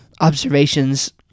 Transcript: observations